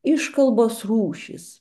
iškalbos rūšys